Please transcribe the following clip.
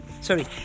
sorry